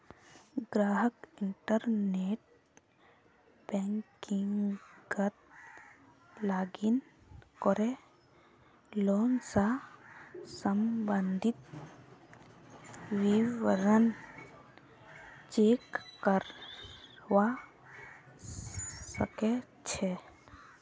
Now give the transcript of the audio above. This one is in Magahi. ग्राहक इंटरनेट बैंकिंगत लॉगिन करे लोन स सम्बंधित विवरण चेक करवा सके छै